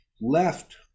left